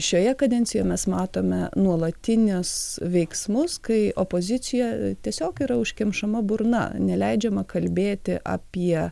šioje kadencijoj mes matome nuolatinius veiksmus kai opozicija tiesiog yra užkemšama burna neleidžiama kalbėti apie